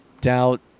doubt